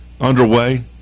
underway